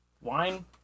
Wine